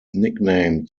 nicknamed